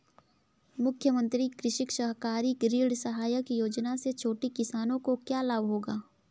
मुख्यमंत्री कृषक सहकारी ऋण सहायता योजना से छोटे किसानों को क्या लाभ होगा?